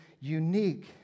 unique